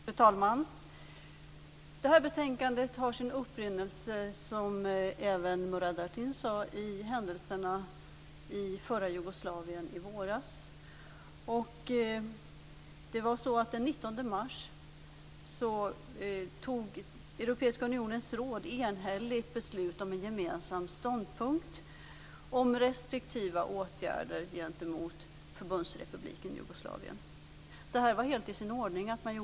Fru talman! Det här ärendet har, som även Murad Artin sade, sin upprinnelse i händelserna i förra Jugoslavien i våras. Den 19 mars tog Europeiska unionens råd enhälligt beslut om en gemensam ståndpunkt beträffande restriktiva gentemot Förbundsrepubliken Jugoslavien. Denna åtgärd var helt i sin ordning.